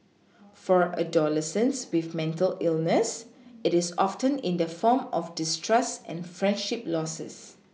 for adolescents with mental illness it is often in the form of distrust and friendship Losses